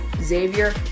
Xavier